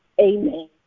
Amen